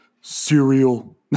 Cereal